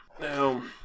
Now